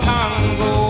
Congo